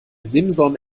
simson